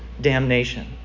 damnation